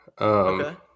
Okay